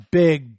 big